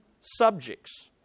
subjects